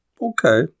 Okay